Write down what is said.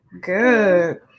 Good